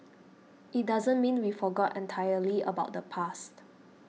it doesn't mean we forgot entirely about the past